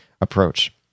approach